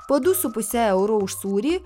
po du su puse euro už sūrį